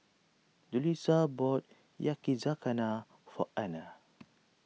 Julissa bought Yakizakana for Ana